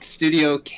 Studio